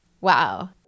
Wow